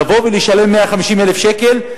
לבוא ולשלם 150,000 שקל?